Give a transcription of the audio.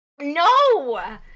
no